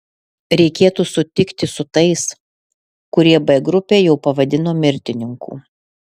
reikėtų sutikti su tais kurie b grupę jau pavadino mirtininkų